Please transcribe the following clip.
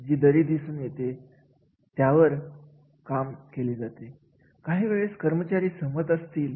भिन्न प्रकारच्या क्षेत्रांमधून आलेल्या व्यक्तींना समान्य ज्ञान असेल असे गरजेचे नाही